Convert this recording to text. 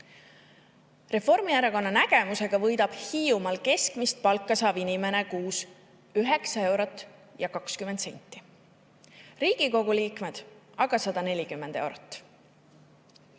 Reformierakonna nägemuse kohaselt võidab Hiiumaal keskmist palka saav inimene kuus 9 eurot ja 20 senti, Riigikogu liikmed aga 140 eurot. Igast